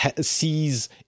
sees